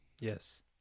Yes